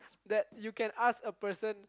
that you can ask a person